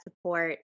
support